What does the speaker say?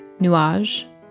Nuage